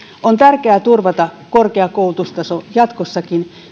on tärkeää turvata korkea koulutustaso jatkossakin